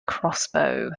crossbow